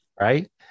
right